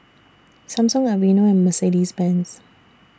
Samsung Aveeno and Mercedes Benz